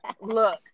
look